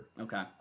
Okay